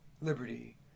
liberty